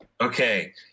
Okay